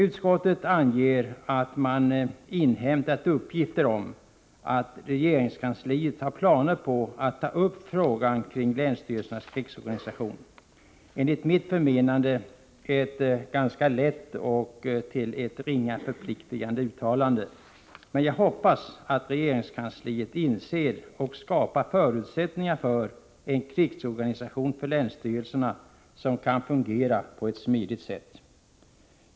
Utskottet anger att man inhämtat uppgifter om att regeringskansliet har planer på att ta upp frågan om länsstyrelsernas krigsorganisation. Det är enligt mitt förmenande ett ganska lätt och föga förpliktande uttalande, men jag hoppas att regeringskansliet inser vikten av och skapar förutsättningar för en krigsorganisation för länsstyrelserna som kan fungera på ett smidigt sätt.